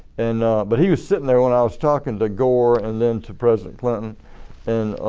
and but he was sitting there when i was talking to gore and then to president clinton and